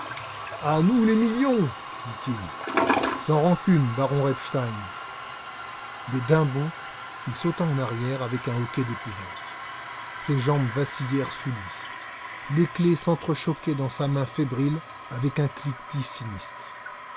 à nous les millions dit-il sans rancune baron repstein mais d'un bond il sauta en arrière avec un hoquet d'épouvante ses jambes vacillèrent sous lui les clefs s'entrechoquaient dans sa main fébrile avec un cliquetis sinistre